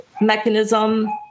mechanism